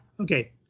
Okay